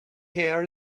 here